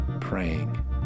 praying